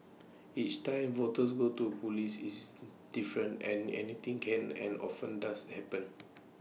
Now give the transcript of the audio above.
each time voters go to Police is different and anything can and often does happen